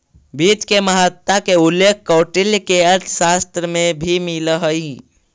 वित्त के महत्ता के उल्लेख कौटिल्य के अर्थशास्त्र में भी मिलऽ हइ